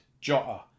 Jota